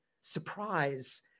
surprise